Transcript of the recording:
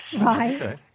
Right